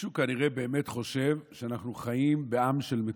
מישהו כנראה באמת חושב שאנחנו חיים בעם של מטומטמים.